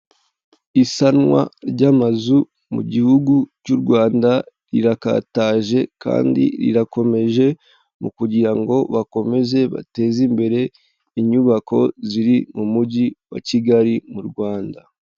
Isanwa ry'amazu mu gihugu cy'u Rwanda rirakataje kandi rirakomeje mu kugira ngo bakomeze bateze imbere inyubako ziri mu mujyi wa Kigali mu Rwanda.